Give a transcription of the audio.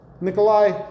Nikolai